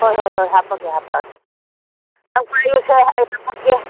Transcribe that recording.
ꯍꯣꯏ ꯍꯣꯏ ꯍꯣꯏ ꯍꯥꯄꯒꯦ ꯍꯥꯄꯛꯑꯒꯦ ꯅꯪ ꯄꯥꯏꯌꯨꯁꯦ ꯑꯩ ꯍꯥꯄꯛꯀꯦ